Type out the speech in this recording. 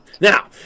Now